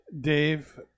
Dave